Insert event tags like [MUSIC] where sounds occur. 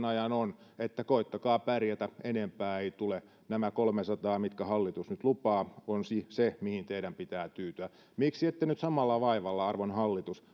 [UNINTELLIGIBLE] ajan on että koettakaa pärjätä enempää ei tule nämä kolmesataa mitkä hallitus nyt lupaa on se mihin teidän pitää tyytyä miksi ette nyt samalla vaivalla arvon hallitus [UNINTELLIGIBLE]